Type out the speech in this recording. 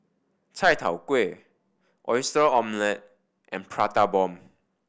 chai tow kway Oyster Omelette and Prata Bomb